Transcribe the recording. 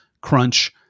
crunch